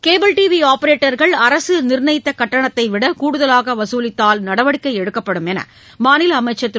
cable TV ஆப்ரேட்டர்கள் அரசு நிர்ணயித்த கட்டணத்தைவிட கூடுதலாக வசூலித்தால் நடவடிக்கை எடுக்கப்படும் என்று மாநில அமைச்சர் திரு